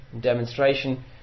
demonstration